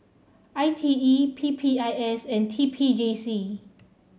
I T E P P I S and T P J C